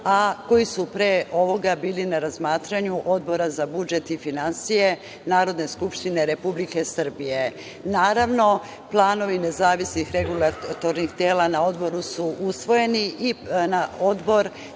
a koji su pre ovoga bili na razmatranju Odbora za budžet i finansije Narodne skupštine Republike Srbije. Naravno, planovi nezavisnih regulatornih tela na odboru su usvojeni i nadležni